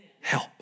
help